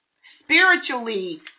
spiritually